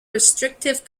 restrictive